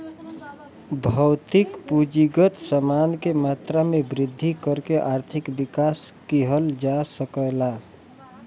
भौतिक पूंजीगत समान के मात्रा में वृद्धि करके आर्थिक विकास किहल जा सकला